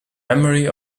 memory